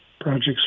projects